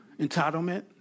Entitlement